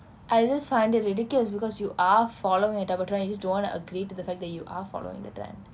I just find it ridiculous because you are following a double trend you just don't want to agree to the fact that you are following the trend